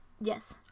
Yes